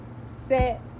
set